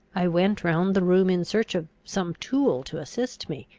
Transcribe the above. i went round the room in search of some tool to assist me.